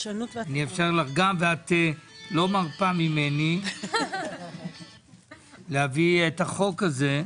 ואת לא מרפה ממני להביא את החוק הזה,